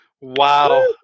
Wow